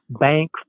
bank